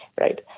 right